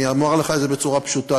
אני אומר לך את זה בצורה פשוטה.